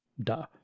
Duh